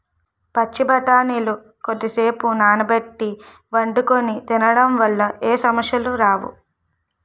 పచ్చి బఠానీలు కొద్దిసేపు నానబెట్టి వండుకొని తినడం వల్ల ఏ సమస్యలు రావు